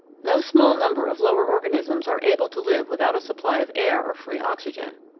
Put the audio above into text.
no small number of lower organisms are able to live without a supply of air or free oxygen.